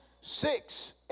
six